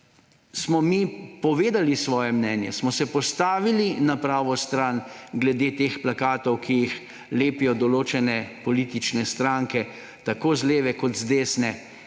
smo mi povedali svoje mnenje, smo se postavili na pravo stran glede teh plakatov, ki jih lepijo določene politične stranke tako z leve kot z desne